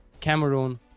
Cameroon